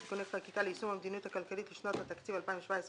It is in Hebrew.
(תיקוני חקיקה ליישום המדיניות הכלכלית לשנת התקציב 2017 ו-2018)